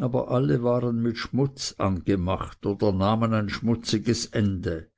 aber alle waren mit schmutz angemacht oder nahmen ein schmutziges ende